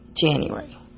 January